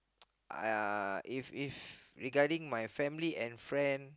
I uh if if regarding my family and friend